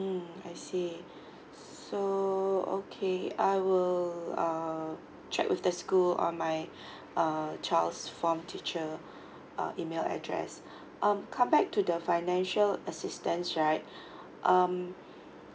mm I see so okay I will uh check with the school on my child's form teacher uh email address um come back to the financial assistance right um